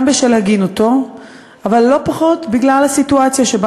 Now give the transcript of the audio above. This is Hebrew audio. גם בשל הגינותו אבל לא פחות בגלל הסיטואציה שבה